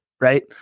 right